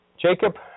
Jacob